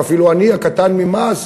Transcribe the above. אפילו אני הקטן ממעש,